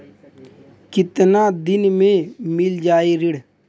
कितना दिन में मील जाई ऋण?